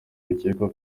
bikekwa